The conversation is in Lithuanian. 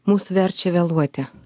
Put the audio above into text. mus verčia vėluoti